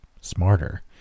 smarter